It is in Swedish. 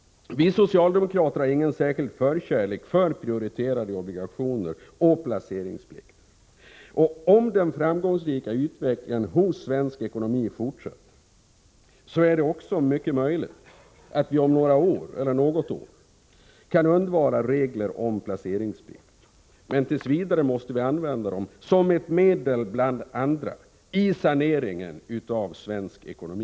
Vi socialdemokrater har ingen särskild förkärlek för prioriterade obligationer och placeringsplikt. Om den framgångsrika utvecklingen hos svensk ekonomi fortsätter, är det också mycket möjligt att vi om något år kan undvara regler om placeringsplikt. Men tills vidare måste vi använda dem som ett medel bland andra i saneringen av svensk ekonomi.